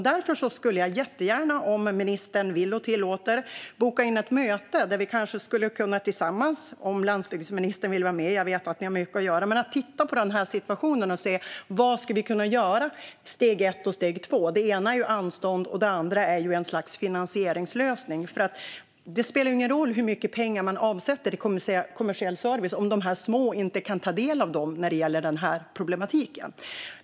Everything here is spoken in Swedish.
Därför skulle jag jättegärna, om ministern vill och tillåter och om landsbygdsminstern också vill vara med - jag vet att ni har mycket att göra - boka in ett möte där vi kanske skulle kunna titta på situationen och se på vad vi skulle kunna göra i steg ett och steg två. Det ena är anstånd och det andra ett slags finansieringslösning. Det spelar ingen roll hur mycket pengar man avsätter till kommersiell service om de här små verksamheterna inte kan ta del av dem när det gäller den här problematiken.